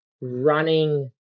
running